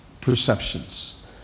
perceptions